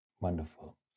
Wonderful